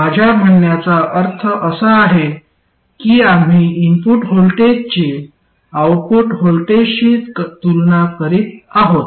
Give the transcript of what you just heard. माझ्या म्हणण्याचा अर्थ असा आहे की आम्ही इनपुट व्होल्टेजची आउटपुट व्होल्टेजशी तुलना करीत आहोत